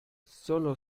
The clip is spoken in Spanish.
sólo